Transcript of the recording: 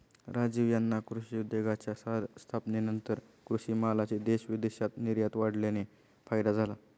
राजीव यांना कृषी उद्योगाच्या स्थापनेनंतर कृषी मालाची देश विदेशात निर्यात वाढल्याने फायदा झाला